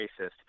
racist